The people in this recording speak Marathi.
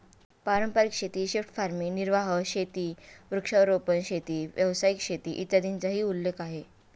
पारंपारिक शेती, शिफ्ट फार्मिंग, निर्वाह शेती, वृक्षारोपण शेती, व्यावसायिक शेती, इत्यादींचाही उल्लेख आहे